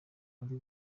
uri